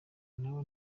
nabo